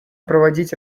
проводить